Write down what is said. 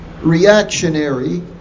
reactionary